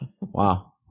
Wow